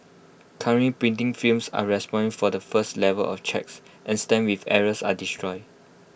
currently printing firms are responsible for the first level of checks and stamps with errors are destroyed